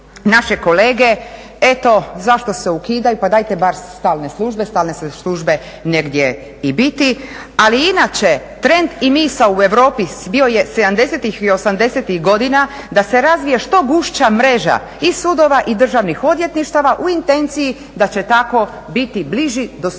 naše kolege eto zašto se ukidaju, pa dajte bar stalne službe, stalne će službe negdje i biti. Ali inače trend i misao u Europi bio je sedamdesetih i osamdesetih godina da se razvije što gušća mreža i sudova i državnih odvjetništava u intenciji da će tako biti bliži, dostupniji